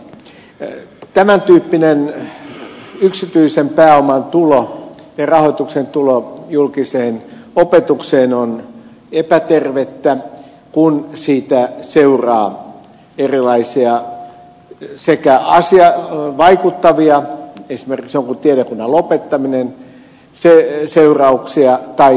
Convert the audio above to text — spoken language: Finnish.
tämän tyyppinen yksityisen pääoman ja rahoituksen tulo julkiseen opetukseen on epätervettä kun siitä seuraa erilaisia sekä vaikuttavia seurauksia esimerkiksi jonkun tiedekunnan lopettaminen että sitten enemmän kuvaannollisia